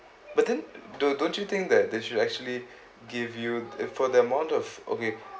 but then don't don't you think that they should actually give you if for the amount of okay